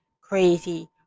crazy